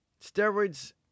Steroids